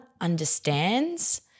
understands